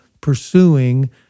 pursuing